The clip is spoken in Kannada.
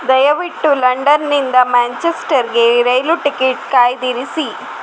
ದಯವಿಟ್ಟು ಲಂಡನ್ನಿಂದ ಮ್ಯಾಂಚೆಸ್ಟರ್ಗೆ ರೈಲ್ ಟಿಕೆಟ್ ಕಾಯ್ದಿರಿಸಿ